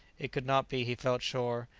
it could not be, he felt sure,